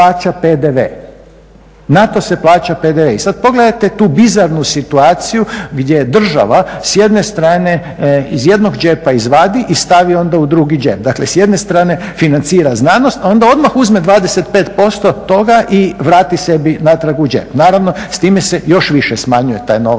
to se plaća PDV. I sad pogledajte tu bizarnu situaciju gdje država s jedne strane iz jednog džepa izvadi i stavi onda u drugi džep. Dakle, s jedne strane financira znanost, a onda odmah uzme 25% toga i vrati sebi natrag u džep. Naravno, s time se još više smanjuje taj novac